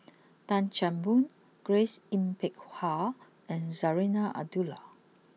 Tan Chan Boon Grace Yin Peck Ha and Zarinah Abdullah